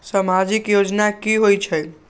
समाजिक योजना की होई छई?